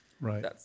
Right